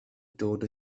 dod